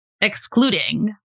excluding